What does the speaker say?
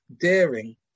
daring